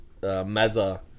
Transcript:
Mazza